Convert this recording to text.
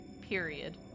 period